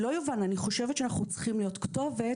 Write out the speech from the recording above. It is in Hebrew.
שלא יובן - אני חושבת שאנחנו צריכים להיות כתובת,